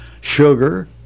Sugar